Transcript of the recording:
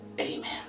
amen